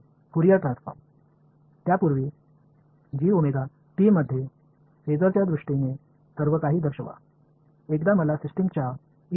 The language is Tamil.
ஃபோரியர் மாற்றம் அதற்கு முன் g ஒமேகா t க்குள் ஒரு ஃபாசரின் அடிப்படையில் எல்லாவற்றையும் குறிக்கும்